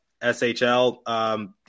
SHL